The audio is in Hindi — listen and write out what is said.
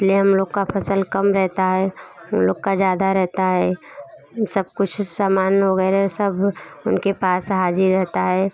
इसलिए हम लोग का फसल कम रहता है उन लोग का ज़्यादा रहता है सब कुछ सामान वगैरह सब उनके पास हाजिर रहता है